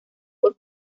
por